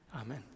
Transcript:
Amen